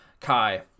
Kai